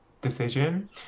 decision